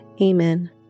Amen